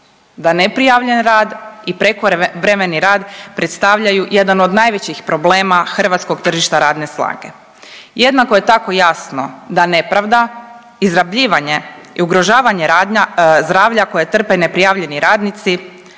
da neprijavljen rad i prekovremeni rad predstavljaju jedan od najvećih problema hrvatskog tržišta radne snage. Jednako je tako jasno da nepravda, izrabljivanje i ugrožavanje zdravlja koje trpe neprijavljeni radnici,